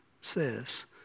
says